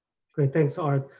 great thanks art.